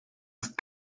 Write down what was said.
ist